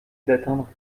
d’atteindre